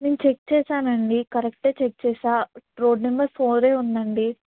నేను చెక్ చేసాను అండి కరెక్ట్ చెక్ చేసాను రోడ్ నెంబర్ ఫోర్ ఉందండి